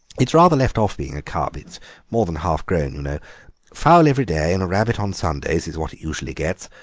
it's rather left off being a cub it's more than half-grown, you know. a fowl every day and a rabbit on sundays is what it usually gets.